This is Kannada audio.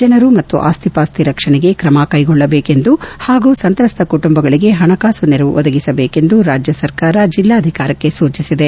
ಜನರು ಮತ್ತು ಆಸ್ತಿಪಾಸ್ತಿ ರಕ್ಷಣೆಗೆ ತ್ರಮ ಕ್ಲೆಗೊಳ್ಲಬೇಕೆಂದೂ ಹಾಗೂ ಸಂತ್ರಸ್ತ ಕುಟುಂಬಗಳಿಗೆ ಪಣಕಾಸು ನೆರವು ಒದಗಿಸಬೇಕೆಂದೂ ರಾಜ್ಯ ಸರ್ಕಾರ ಜಿಲ್ಲಾಧಿಕಾರಕ್ಕೆ ಸೂಚಿಸಿದೆ